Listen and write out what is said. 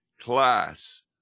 class